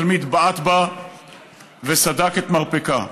התלמיד בעט בה וסדק את מרפקה.